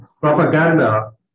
propaganda